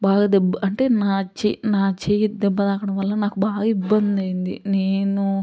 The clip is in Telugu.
బాగా దెబ్బ అంటే నా చెయ్ నా చెయ్యి దెబ్బ తాకడం వల్ల నాకు బాగా ఇబ్బంది అయింది నేను